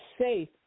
safe